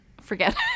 forget